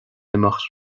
imeacht